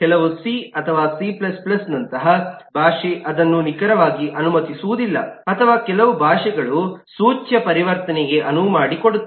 ಕೆಲವು ಸಿ ಅಥವಾ ಸಿ ನಂತಹ ಭಾಷೆ ಅದನ್ನು ನಿಖರವಾಗಿ ಅನುಮತಿಸುವುದಿಲ್ಲ ಅಥವಾ ಕೆಲವು ಭಾಷೆಗಳು ಸೂಚ್ಯ ಪರಿವರ್ತನೆಗೆ ಅನುವು ಮಾಡಿಕೊಡುತ್ತದೆ